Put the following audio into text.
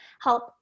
help